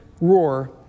roar